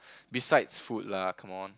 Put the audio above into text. besides food lah come on